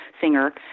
singer